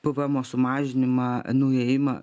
pvmo sumažinimą nuėjimą